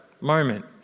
moment